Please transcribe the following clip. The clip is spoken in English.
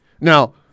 Now